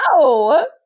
no